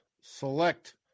select